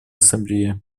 ассамблее